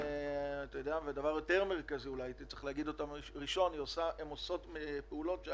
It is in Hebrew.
דבר יותר מרכזי הן עושות פעולות הכרחיות